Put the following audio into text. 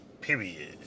Period